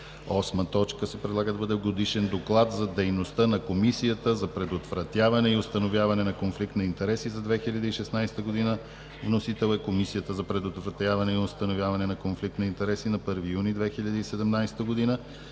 на 16 май 2017 г. 8. Годишен доклад за дейността на Комисията за предотвратяване и установяване на конфликт на интереси за 2016 г. Вносител: Комисията за предотвратяване и установяване на конфликт на интереси на 1 юни 2017 г.